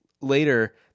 later